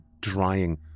drying